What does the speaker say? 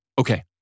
Okay